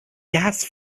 gas